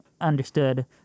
understood